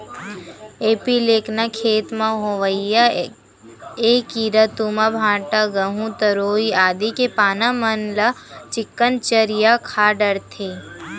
एपीलेकना खेत म होवइया ऐ कीरा तुमा, भांटा, गहूँ, तरोई आदि के पाना मन ल चिक्कन चर या खा डरथे